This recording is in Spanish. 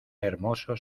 hermoso